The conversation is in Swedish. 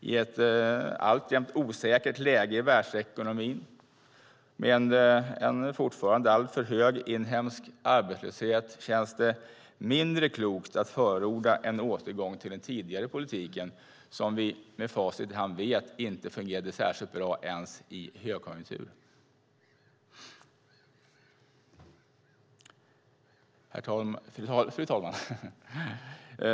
I ett alltjämt osäkert läge i världsekonomin och med en fortfarande alltför hög inhemsk arbetslöshet känns det mindre klokt att förorda en återgång till den tidigare politiken, som vi med facit i hand vet inte fungerade särskilt bra ens i högkonjunktur. Fru talman!